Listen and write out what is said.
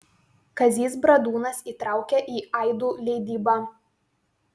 kazys bradūnas įtraukė į aidų leidybą